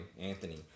Anthony